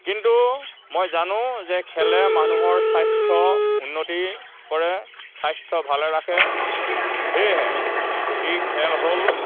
কিন্তু মই জানো যে খেলে মানুহৰ স্বাস্থ্য উন্নতি কৰে স্বাস্থ্য ভালে ৰাখে সেয়েহে এই খেল হ'ল